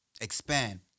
expand